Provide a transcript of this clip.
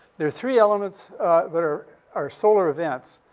there are three elements that are are solar events.